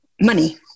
money